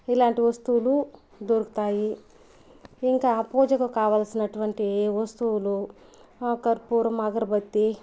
ఇలాంటి వస్తువులు దొరుకుతాయి ఇంకా పూజకు కావలసినటువంటి వస్తువులు కర్పూరం అగర్బత్తి